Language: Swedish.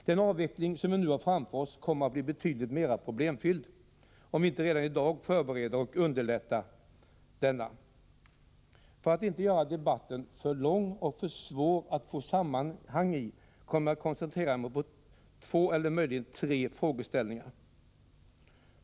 Den avveckling som vi nu har framför oss kommer att bli betydligt mer problemfylld om vi inte redan i dag förbereder och underlättar den. För att inte göra denna debatt för lång och svår att få sammanhang i kommer jag att koncentrera mig på två tre frågeställningar.